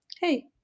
Hey